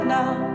now